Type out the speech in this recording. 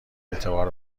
اعتبار